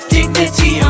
Dignity